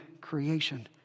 creation